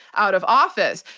out of office.